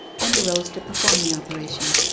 and arose to perform the operation,